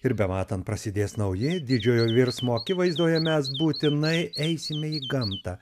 ir bematant prasidės nauji didžiojo virsmo akivaizdoje mes būtinai eisime į gamtą